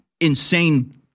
insane